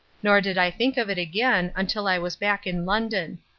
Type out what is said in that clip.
nor did i think of it again until i was back in london.